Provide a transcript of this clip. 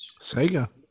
Sega